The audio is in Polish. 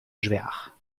drzwiach